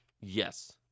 Yes